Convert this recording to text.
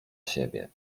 siebie